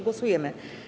Głosujemy.